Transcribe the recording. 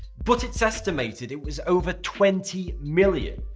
but it's estimated it was over twenty million.